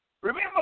remember